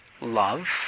love